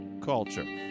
Culture